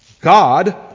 God